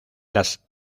las